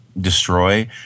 destroy